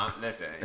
listen